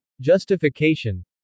Justification